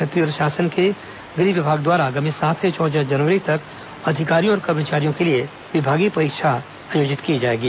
छत्तीसगढ़ शासन के गृह विभाग द्वारा आगामी सात से चौदह जनवरी तक अधिकारियों और कर्मचारियों के लिए विभागीय परीक्षा आयोजित की जाएगी